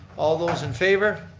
all those in favor.